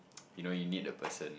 you know you need the person